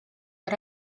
but